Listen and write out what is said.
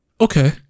Okay